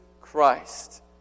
Christ